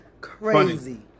crazy